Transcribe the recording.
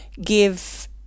give